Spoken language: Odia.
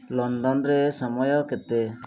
ଲଣ୍ଡନରେ ସମୟ କେତେ